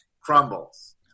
crumbles